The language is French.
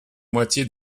moitié